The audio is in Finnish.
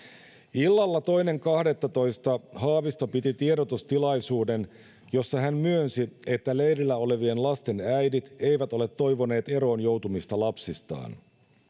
illalla toinen kahdettatoista kaksituhattayhdeksäntoista haavisto piti tiedotustilaisuuden jossa hän myönsi että leirillä olevien lasten äidit eivät ole toivoneet eroon joutumista lapsistaan